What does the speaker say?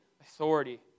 authority